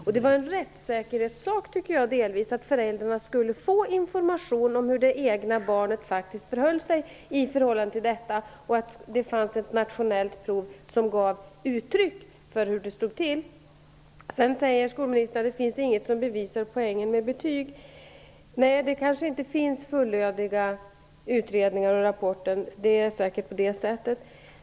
Det var delvis en rättssäkerhetssak, tycker jag, att föräldrarna skulle få information om hur det egna barnet faktiskt förhöll sig i förhållande till detta och att det fanns ett nationellt prov som gav uttryck för hur det stod till. Sedan säger skolministern att det inte finns något som bevisar poängen med betyg. Nej, det kanske inte finns fullödiga utredningar och rapporter. Det är säkert på det sättet.